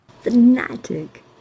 Fanatic